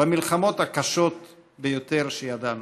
במלחמות הקשות ביותר שידענו.